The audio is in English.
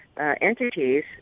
entities